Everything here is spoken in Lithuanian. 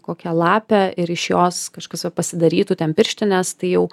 kokią lapę ir iš jos kažkas va pasidarytų ten pirštines tai jau